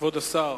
כבוד השר,